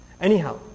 Anyhow